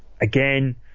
again